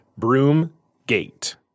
Broomgate